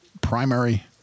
primary